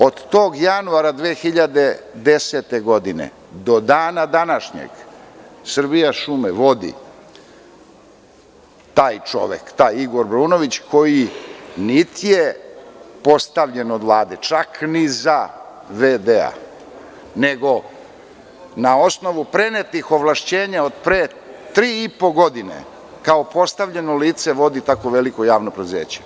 Od tog januara 2010. godine do dana današnjeg „Srbijašume“ vodi taj čovek, taj Igor Braunović koji niti je postavljen od Vlade, čak ni za v.d. nego na osnovu prenetih ovlašćenja od pre tri i po godine kao postavljeno lice vodi tako veliko javno preduzeće.